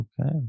Okay